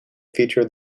feature